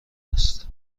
است